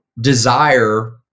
desire